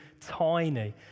tiny